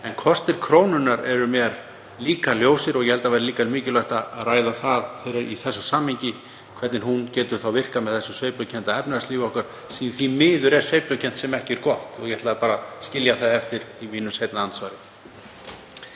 En kostir krónunnar eru mér líka ljósir og ég held að það væri mikilvægt að ræða það í þessu samhengi hvernig hún getur virkað með þessu sveiflukennda efnahagslífi okkar, sem er því miður sveiflukennt, sem ekki er gott, og ég ætla bara að skilja það eftir í mínu seinna andsvari.